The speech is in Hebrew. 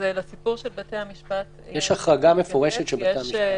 לסיפור של בתי המשפט --- יש החרגה מפורשת של בתי המשפט.